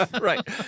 Right